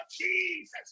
Jesus